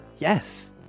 Yes